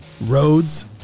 Roads